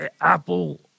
Apple